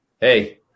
Hey